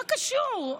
מה קשור?